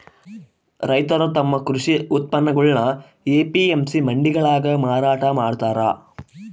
ರೈತರು ತಮ್ಮ ಕೃಷಿ ಉತ್ಪನ್ನಗುಳ್ನ ಎ.ಪಿ.ಎಂ.ಸಿ ಮಂಡಿಗಳಾಗ ಮಾರಾಟ ಮಾಡ್ತಾರ